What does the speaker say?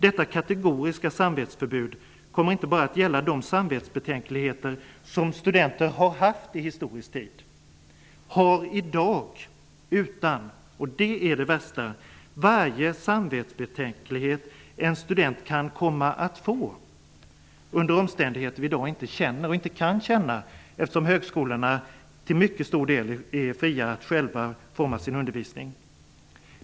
Detta kategoriska samvetsförbud kommer inte bara att gälla de samvetsbetänkligheter som studenter har haft i historisk tid, eller har i dag, utan -- och det är det värsta -- varje samvetsbetänklighet en student kan komma att få, under omständigheter vi i dag inte känner till och inte kan känna till, eftersom högskolorna till mycket stor del är fria att själva forma sin undervisning.